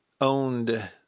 owned